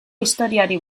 historiari